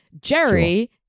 Jerry